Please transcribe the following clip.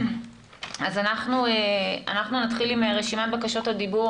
אנחנו נתחיל עם רשימת בקשות הדיבור,